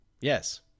Yes